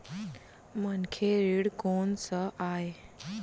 मनखे ऋण कोन स आय?